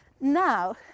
now